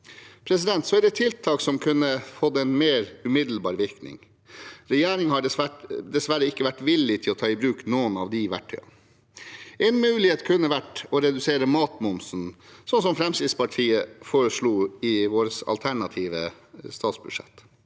en stund. Så er det tiltak som kunne fått en mer umiddelbar virkning. Regjeringen har dessverre ikke vært villig til å ta i bruk noen av de verktøyene. En mulighet kunne vært å redusere matmomsen, slik Fremskrittspartiet foreslo i sitt alternative statsbudsjett.